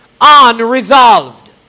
unresolved